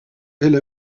elle